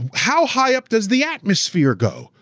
how high up does the atmosphere go,